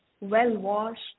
well-washed